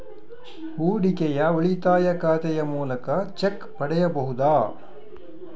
ಹೂಡಿಕೆಯ ಉಳಿತಾಯ ಖಾತೆಯ ಮೂಲಕ ಚೆಕ್ ಪಡೆಯಬಹುದಾ?